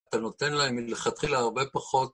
אתה נותן להם מלכתחילה הרבה פחות